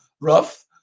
rough